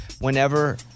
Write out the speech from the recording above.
whenever